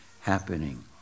happening